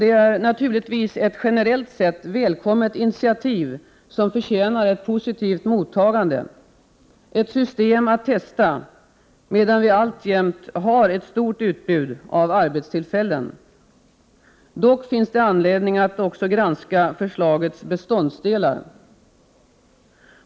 Det är naturligtvis ett generellt sett välkommet initiativ, som förtjänar ett positivt mottagande — ett system att testa, medan vi alltjämt har ett stort utbud av arbetstillfällen. Dock finns det anledning att också granska förslagets beståndsdelar.